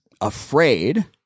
afraid